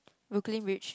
Brooklyn-Bridge